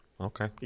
Okay